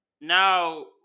now